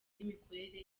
n’imikorere